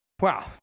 Wow